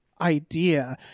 idea